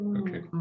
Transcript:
okay